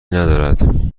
ندارد